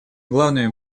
главными